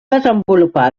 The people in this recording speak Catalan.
desenvolupar